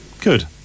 Good